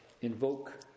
invoke